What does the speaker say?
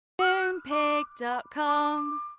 Moonpig.com